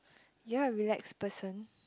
you are a relaxed person